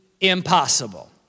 impossible